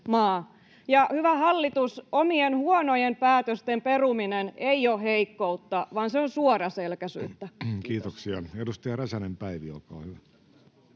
maa. Hyvä hallitus, omien huonojen päätösten peruminen ei ole heikkoutta, vaan se on suoraselkäisyyttä. [Speech 53] Speaker: Jussi Halla-aho